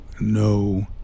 No